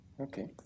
Okay